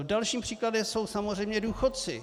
Dalším příkladem jsou samozřejmě důchodci.